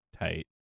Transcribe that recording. Tight